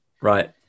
Right